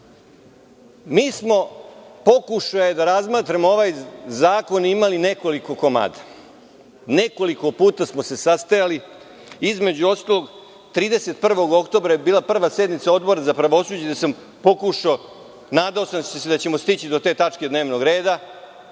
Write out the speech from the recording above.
mi smo pokušali da razmotrimo ovaj zakon i imali nekoliko komada, nekoliko puta smo se sastajali, između ostalog 31. oktobra je bila prva sednica Odbora za pravosuđe, gde sam se nadao da ćemo stići do te tačke dnevnog reda,